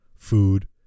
Food